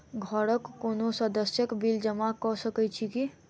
घरक कोनो सदस्यक बिल जमा कऽ सकैत छी की?